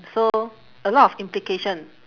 so a lot of implication